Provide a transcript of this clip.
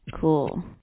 Cool